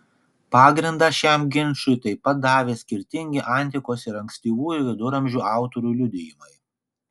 pagrindą šiam ginčui taip pat davė skirtingi antikos ir ankstyvųjų viduramžių autorių liudijimai